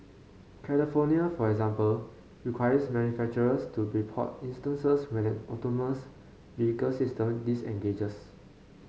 California for example requires manufacturers to report instances when an autonomous vehicle system disengages